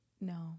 No